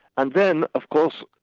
and then of course,